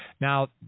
Now